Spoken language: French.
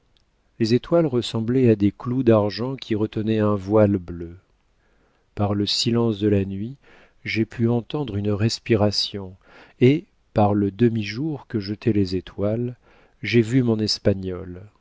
les étoiles ressemblaient à des clous d'argent qui retenaient un voile bleu par le silence de la nuit j'ai pu entendre une respiration et par le demi-jour que jetaient les étoiles j'ai vu mon espagnol